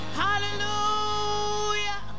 hallelujah